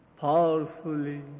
powerfully